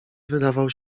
wydawał